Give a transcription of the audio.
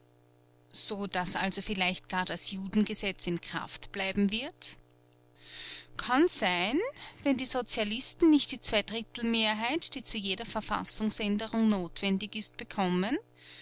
so daß also vielleicht gar das judengesetz in kraft bleiben wird kann sein wenn die sozialisten nicht die zweidrittelmehrheit die zu jeder verfassungsänderung notwendig ist bekommen